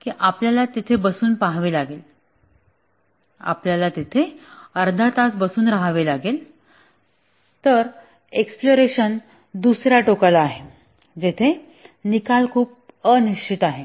की आपल्याला तेथे बसून पहावे लागेल आपल्याला तेथे अर्धा तास बसून राहावे लागेल तर एक्सप्लोरेशन दुसर्या टोकाला आहे जेथे निकाल खूप अनिश्चित आहे